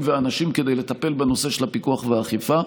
ואנשים כדי לטפל בנושא הפיקוח והאכיפה.